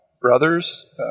brothers